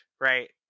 right